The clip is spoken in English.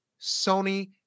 sony